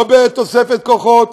לא בתוספת כוחות,